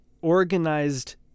organized